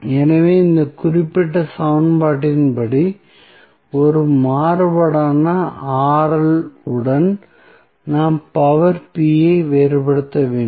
எனவே இந்த குறிப்பிட்ட சமன்பாட்டின் ஒரே மாறுபாடான உடன் நாம் பவர் ஐ வேறுபடுத்த வேண்டும்